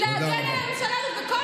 חברת הכנסת טלי